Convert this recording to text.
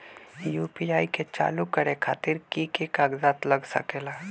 UPI के चालु करे खातीर कि की कागज़ात लग सकेला?